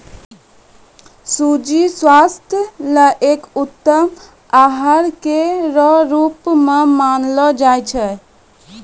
सूजी स्वास्थ्य ल एक उत्तम आहार केरो रूप म जानलो जाय छै